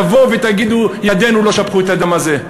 תבואו ותגידו: ידינו לא שפכו את הדם הזה.